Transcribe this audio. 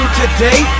today